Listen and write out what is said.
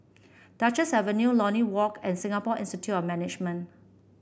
Duchess Avenue Lornie Walk and Singapore Institute of Management